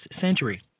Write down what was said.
century